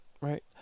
Right